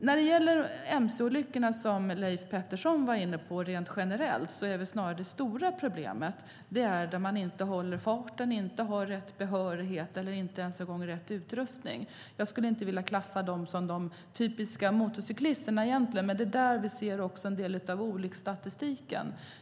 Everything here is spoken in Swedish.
När det gäller mc-olyckorna, som Leif Pettersson var inne på, är rent generellt det stora problemet snarare när motorcyklisterna inte håller farten och inte har rätt behörighet eller ens rätt utrustning. Jag skulle inte vilja klassa dem som de typiska motorcyklisterna, men det är där vi ser en del av olycksstatistiken.